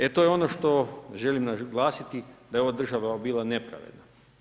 E to je ono što želim naglasiti da je ova država bila nepravedna.